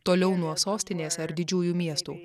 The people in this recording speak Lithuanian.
toliau nuo sostinės ar didžiųjų miestų